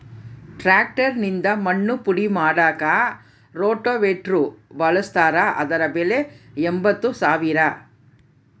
tractor ನಿಂದ ಮಣ್ಣು ಪುಡಿ ಮಾಡಾಕ ರೋಟೋವೇಟ್ರು ಬಳಸ್ತಾರ ಅದರ ಬೆಲೆ ಎಂಬತ್ತು ಸಾವಿರ